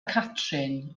catrin